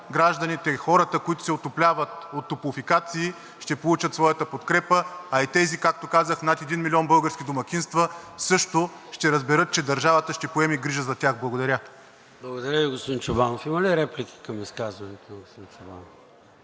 гражданите и хората, които се отопляват от топлофикация, ще получат своята подкрепа, а и тези, както казах, над 1 милион български домакинства също ще разберат, че държавата ще поеме грижа за тях. Благодаря. ПРЕДСЕДАТЕЛ ЙОРДАН ЦОНЕВ: Благодаря Ви, господин Чобанов. Има ли реплики към изказването на господин Чобанов?